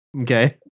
okay